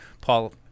Paul –